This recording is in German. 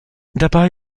dabei